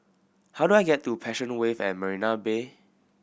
how do I get to Passion Wave at Marina Bay